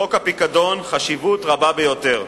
לחוק הפיקדון חשיבות רבה ביותר.